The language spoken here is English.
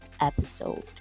episode